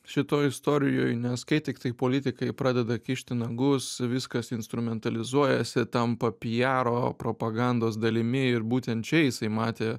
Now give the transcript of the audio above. šitoj istorijoj nes kai tiktai politikai pradeda kišti nagus viskas instrumentalizuojasi tampa pijaro propagandos dalimi ir būtent čia jisai matė